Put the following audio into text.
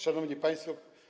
Szanowni Państwo!